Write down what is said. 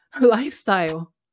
lifestyle